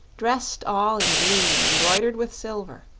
dressed all in green embroidered with silver.